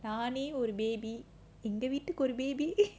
நானே ஒரு:naanae oru baby எங்க வீட்டுக்கு ஒரு:enga veettukku oru baby